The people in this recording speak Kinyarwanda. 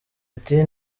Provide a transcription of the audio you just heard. ati